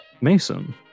Mason